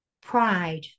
pride